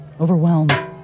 overwhelmed